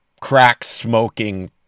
crack-smoking